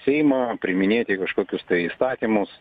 seimo priiminėti kažkokius tai įstatymus